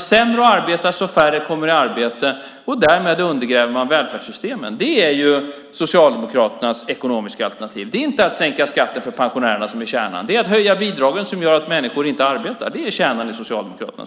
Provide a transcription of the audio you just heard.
sämre att arbeta, så att färre kommer i arbete, och därmed undergräver man välfärdssystemen. Det är Socialdemokraternas ekonomiska alternativ. Kärnan i Socialdemokraternas politik är inte att sänka skatten för pensionärerna, utan den är att höja bidragen som gör att människor inte arbetar.